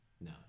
no